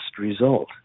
result